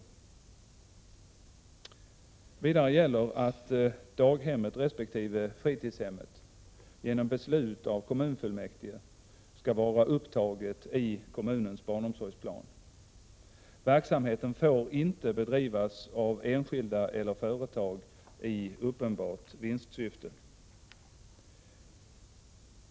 Vidare gäller att daghemmet resp. fritidshemmet genom beslut av kommunfullmäktige skall vara upptaget i kommunens barnomsorgsplan. Verksamheten får inte bedrivas av enskilda eller företag i uppenbart vinstsyfte.